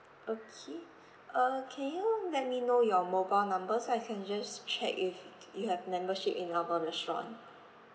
okay uh can you let me know your mobile number so I can just check if you have membership in our restaurant